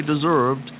deserved